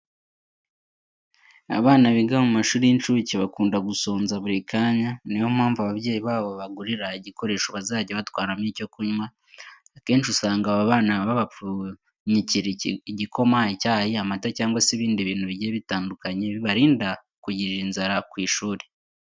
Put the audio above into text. Abana biga mu mashuri y'incuke bakunda gusonza buri kanya. Ni yo mpamvu ababyeyi babo babagurira igikoresho bazajya batwaramo icyo kunywa. Akenshi usanga aba bana babapfunyikira igikoma, icyayi, amata cyangwa se ibindi bintu bigiye bitandukanye bibarinda kugirira inzara ku ishuri.